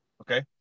Okay